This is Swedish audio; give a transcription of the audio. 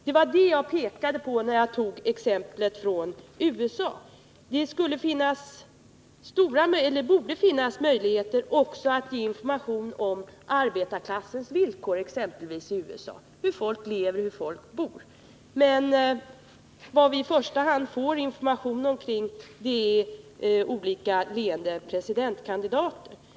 Det var det jag pekade på när jag tog exemplet från USA. Det borde finnas stora möjligheter att också ge information om arbetarklassens villkor exempelvis i USA, hur människor lever och bor. Men vad vi i första hand får information om är olika ieende presidentkandidater.